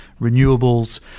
renewables